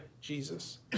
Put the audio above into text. Jesus